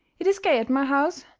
it is gay at my house,